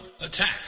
attack